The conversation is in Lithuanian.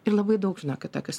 ir labai daug žinokit tokius